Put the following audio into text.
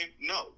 No